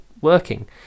working